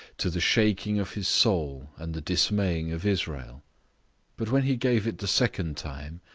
to the shaking of his soul and the dismaying of israel but when he gave it the second time,